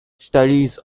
studies